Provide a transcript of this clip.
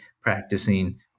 practicing